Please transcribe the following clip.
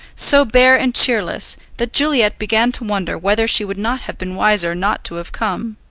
so bare and cheerless, that juliet began to wonder whether she would not have been wiser not to have come.